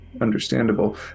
Understandable